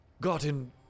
gotten